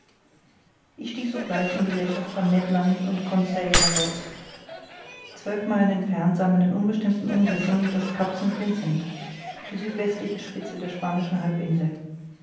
ich stieg sogleich in gesellschaft von ned land und conseil hinaus zwölf meilen entfernt sah man in unbestimmten umrissen das cap st vincent die südwestliche spitze der spanischen halbinsel